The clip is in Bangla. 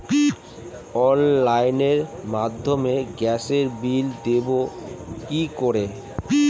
অনলাইনের মাধ্যমে গ্যাসের বিল দেবো কি করে?